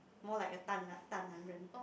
more like a 大男人